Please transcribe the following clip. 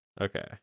Okay